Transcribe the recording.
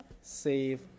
save